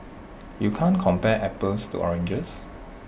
you can't compare apples to oranges